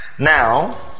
Now